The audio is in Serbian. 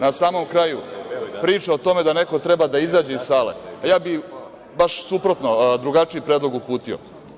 Na samom kraju, priča o tome da neko treba da izađe iz sale, ja bih baš suprotno, drugačiji predlog uputio.